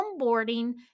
onboarding